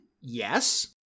Yes